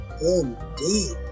indeed